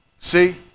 See